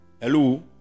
hello